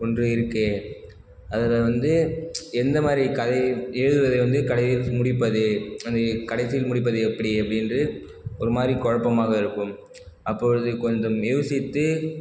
ஒன்று இருக்குது அதில் வந்து எந்தமாதிரி கதையை எழுதுவது வந்து கடைசி முடிப்பது அதில் கடைசியில் முடிப்பது எப்படி அப்படி என்று ஒரு மாதிரி குழப்பமாக இருக்கும் அப்பொழுது கொஞ்சம் யோசித்து